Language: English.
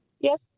Yes